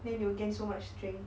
then you'll gain so much strength